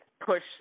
push